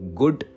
good